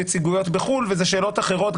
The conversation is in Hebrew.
נציגויות בחוץ לארץ ואז עולות שאלות אחרות.